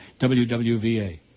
WWVA